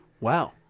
wow